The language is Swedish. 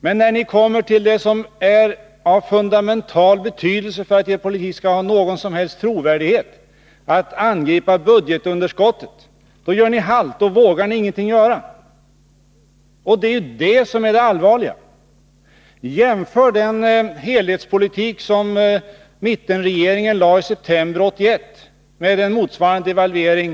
Men när ni kommer till det som är av fundamental betydelse för att er politik skall ha någon som helst trovärdighet — att angripa budgetunderskottet — då gör ni halt, då vågar ni ingenting göra. Det är det som är det allvarliga. Jämför den helhetspolitik som mittenregeringen lade fram i september 1981 med en motsvarande devalvering.